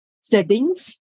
settings